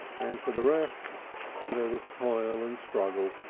and for the rest there was toil and struggle,